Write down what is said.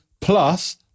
plus